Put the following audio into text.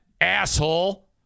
asshole